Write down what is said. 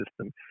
system